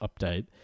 update